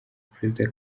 perezida